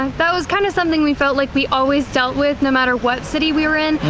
um that was kind of something we felt like we always dealt with no matter what city we were in,